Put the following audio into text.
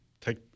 take